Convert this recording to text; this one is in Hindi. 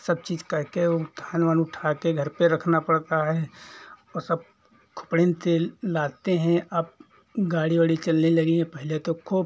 सब चीज़ करके वो धान वान उठा के घर पे रखना पड़ता है और सब खोपड़िन पे लादते हैं अब गाड़ी वाड़ी चलने लगी हैं पहले तो खोप